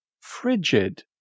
frigid